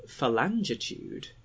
phalangitude